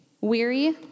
weary